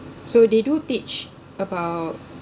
so they do teach about